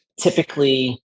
Typically